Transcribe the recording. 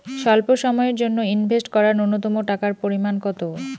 স্বল্প সময়ের জন্য ইনভেস্ট করার নূন্যতম টাকার পরিমাণ কত?